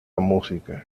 música